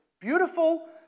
beautiful